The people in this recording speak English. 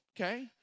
Okay